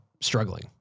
struggling